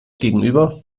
gegenüber